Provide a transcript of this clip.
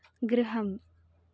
गृहम्